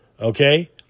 okay